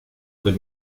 del